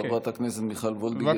של חברת הכנסת מיכל וולדיגר,